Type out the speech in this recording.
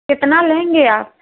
कितना लेंगे आप